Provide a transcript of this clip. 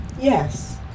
Yes